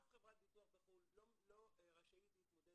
אף חברת ביטוח בחו"ל לא רשאית להתמודד